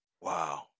Wow